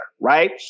Right